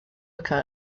occur